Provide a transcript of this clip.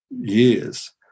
years